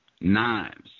knives